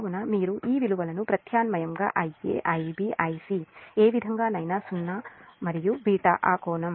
కాబట్టి మీరు ఈ విలువలను ప్రత్యామ్నాయంగా Ia Ib Ic ఏ విధంగానైనా 0 కుడి మరియు β ఆ కోణం